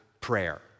prayer